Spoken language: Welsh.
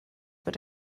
bod